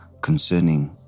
concerning